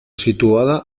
situada